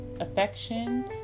affection